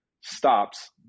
stops